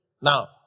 Now